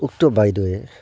উক্ত বাইদেৱে